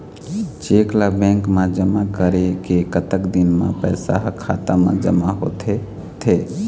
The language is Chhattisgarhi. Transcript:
चेक ला बैंक मा जमा करे के कतक दिन मा पैसा हा खाता मा जमा होथे थे?